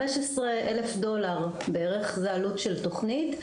15 אלף דולר, זו העלות של תוכנית.